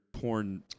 porn